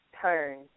turn